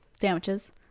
Sandwiches